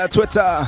Twitter